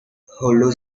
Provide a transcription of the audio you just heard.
holders